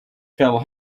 fell